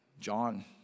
John